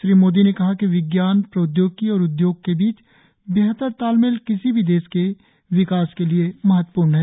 श्री मोदी ने कहा कि विज्ञान प्रौद्योगिकी और उद्योग के बीच बेहतर तालमेल किसी भी देश के विकास के लिए महत्वपूर्ण है